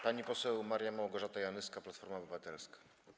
Pani poseł Maria Małgorzata Janyska, Platforma Obywatelska.